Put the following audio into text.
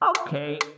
Okay